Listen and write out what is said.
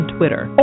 Twitter